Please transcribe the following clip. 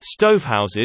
Stovehouses